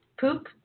Poop